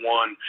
one